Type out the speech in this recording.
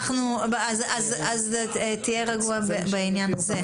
תהיה רגוע בעניין הזה.